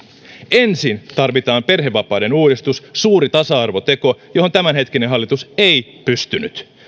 ensin tarvitaan perhevapaiden uudistus suuri tasa arvoteko johon tämänhetkinen hallitus ei pystynyt